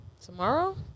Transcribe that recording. Tomorrow